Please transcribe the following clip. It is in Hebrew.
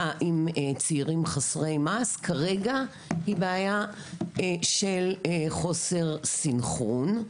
עם צעירים חסרי מעש כרגע היא בעיה של חוסר סנכרון.